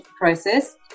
process